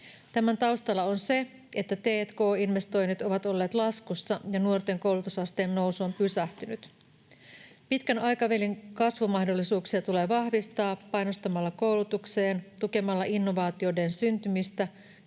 Tämän taustalla on se, että t&k-investoinnit ovat olleet laskussa ja nuorten koulutusasteen nousu on pysähtynyt. Pitkän aikavälin kasvumahdollisuuksia tulee vahvistaa panostamalla koulutukseen, tukemalla innovaatioiden syntymistä,